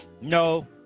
No